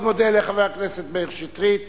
אני מאוד מודה לחבר הכנסת מאיר שטרית,